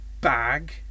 bag